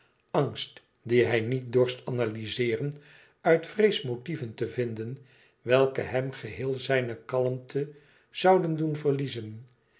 angst die hij niet dorst analyzeeren uit vrees motieven te vinden welke hem gehéel zijne kalmte zouden doen verliezen